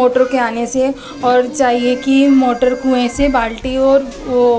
motor کے آنے سے اور چاہیے کہ موٹر کنویں سے بالٹی اور وہ